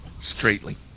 Straightly